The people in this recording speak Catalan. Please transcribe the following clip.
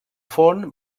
forn